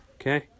Okay